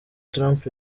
trump